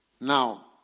Now